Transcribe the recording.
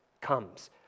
comes